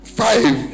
five